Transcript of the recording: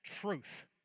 truth